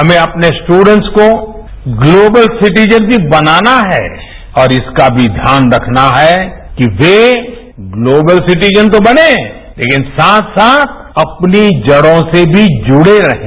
हमें अपने स्टूडेंट को ग्लोबल सिटिजन भी बनाना है और इसका भी ध्यान रखना है कि वे ग्लोबल सिटिजन तो बने लेकिन साथ साथ अपनी जड़ों से भी जुडे रहें